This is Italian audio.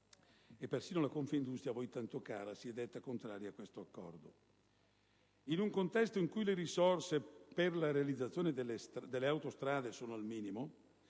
Persino Confindustria, a voi tanto cara, si è detta contraria a questo accordo. In un contesto in cui le risorse per la realizzazione delle autostrade sono al minimo